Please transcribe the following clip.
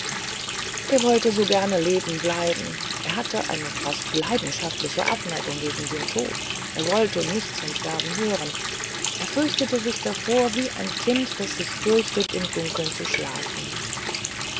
er wollte so gern leben bleiben er hatte eine fast leidenschaftliche abneigung gegen den tod er wollte nichts vom sterben hören er fürchtete sich davor wie ein kind das sich fürchtet im dunkeln zu schlafen